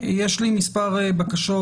יש לי מספר בקשות,